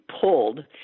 pulled